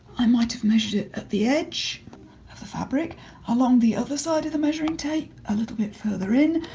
i might've measured it at the edge of the fabric along the other side of the measuring tape. a little bit further in?